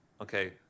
okay